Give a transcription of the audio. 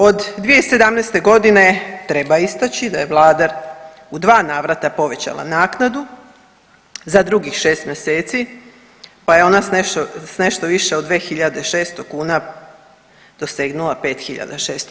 Od 2017. g. treba istaći da je Vlada u 2 navrata povećala naknadu za drugih 6 mjeseci pa je onda s nešto više od 2 600 kuna dosegnula 5 600.